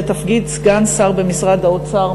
לתפקיד סגן שר במשרד האוצר,